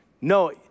No